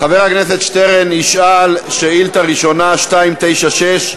חבר הכנסת שטרן ישאל שאילתה ראשונה, מס' 296,